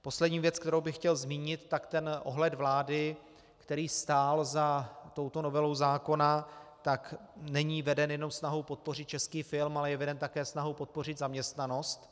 Poslední věc, kterou bych chtěl zmínit, tak ten ohled vlády, který stál za touto novelou zákona, není veden jenom snahou podpořit český film, ale je veden také snahou podpořit zaměstnanost.